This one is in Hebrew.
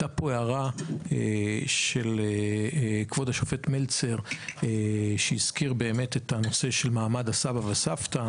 הייתה פה הערה של כבוד השופט מלצר על מעמד הסבא והסבתא,